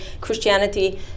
Christianity